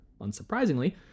unsurprisingly